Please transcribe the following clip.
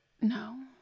No